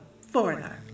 foreigner